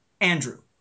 Andrew